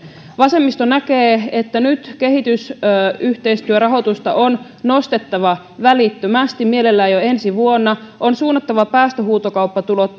vasemmisto näkee että nyt kehitysyhteistyörahoitusta on nostettava välittömästi mielellään jo ensi vuonna on suunnattava päästöhuutokauppatulot